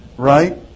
Right